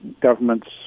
government's